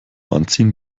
anziehen